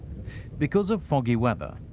because of foggy weather,